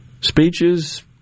Speeches